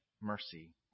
mercy